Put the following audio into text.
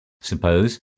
Suppose